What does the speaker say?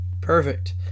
perfect